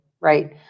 right